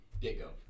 get-go